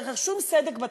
דרך שום סדק בתקציב.